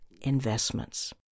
investments